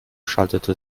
schaltete